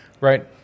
Right